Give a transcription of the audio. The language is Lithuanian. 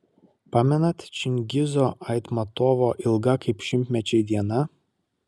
pamenat čingizo aitmatovo ilga kaip šimtmečiai diena